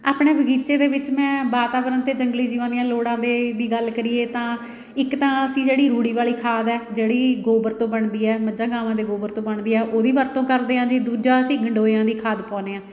ਆਪਣੇ ਬਗੀਚੇ ਦੇ ਵਿੱਚ ਮੈਂ ਵਾਤਾਵਰਨ ਅਤੇ ਜੰਗਲੀ ਜੀਵਾਂ ਦੀਆਂ ਲੋੜਾਂ ਦੇ ਦੀ ਗੱਲ ਕਰੀਏ ਤਾਂ ਇੱਕ ਤਾਂ ਅਸੀਂ ਜਿਹੜੀ ਰੂੜੀ ਵਾਲੀ ਖਾਦ ਆ ਜਿਹੜੀ ਗੋਬਰ ਤੋਂ ਬਣਦੀ ਹੈ ਮੱਝਾਂ ਗਾਵਾਂ ਦੇ ਗੋਬਰ ਤੋਂ ਬਣਦੀ ਆ ਉਹਦੀ ਵਰਤੋਂ ਕਰਦੇ ਆ ਜੀ ਦੂਜਾ ਅਸੀਂ ਗੰਡੋਇਆਂ ਦੀ ਖਾਦ ਪਾਉਦੇ ਆਂ